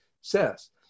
says